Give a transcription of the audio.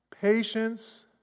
patience